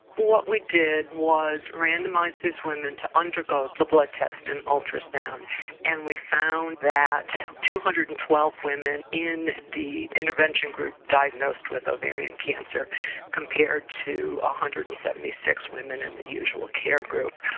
what we did was randomise these women to undergo the blood test and ultrasound and we found that two hundred and twelve women in the intervention group diagnosed with ovarian cancer compared to one ah hundred and seventy six women in the usual care group.